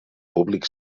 públic